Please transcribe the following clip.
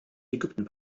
ägypten